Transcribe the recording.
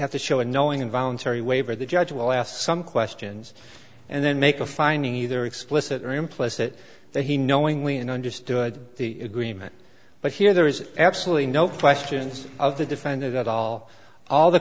have to show a knowing and voluntary waiver the judge will ask some questions and then make a finding either explicit or implicit that he knowingly and understood the agreement but here there is absolutely no questions of the defendant at all all the